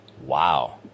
Wow